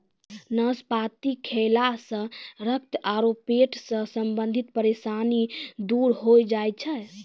नाशपाती खैला सॅ रक्त आरो पेट सॅ संबंधित परेशानी दूर होय जाय छै